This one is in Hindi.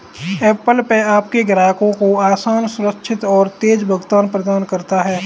ऐप्पल पे आपके ग्राहकों को आसान, सुरक्षित और तेज़ भुगतान प्रदान करता है